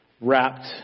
wrapped